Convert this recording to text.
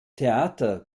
theater